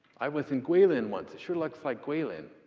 i was in guilin once. it sure looks like guilin.